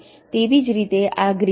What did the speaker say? તેવી જ રીતે આ ગ્રીન લાઇન S1 માટે